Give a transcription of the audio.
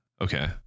okay